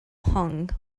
hung